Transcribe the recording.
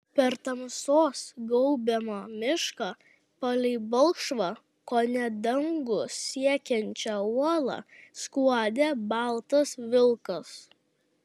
per tamsos gaubiamą mišką palei balkšvą kone dangų siekiančią uolą skuodė baltas vilkas